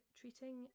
treating